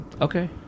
Okay